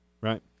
Right